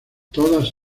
todas